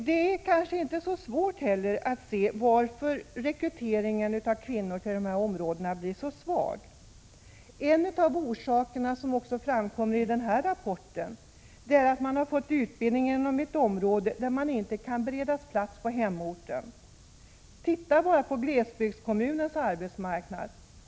Det är kanske inte så svårt att se varför rekryteringen av kvinnor till dessa områden blir så svag. En av orsakerna, vilket också framkom i den här rapporten, är att man har fått utbildning inom ett område där man inte kan beredas arbete på hemorten. Titta bara på glesbygdskommunernas arbetsmarknad!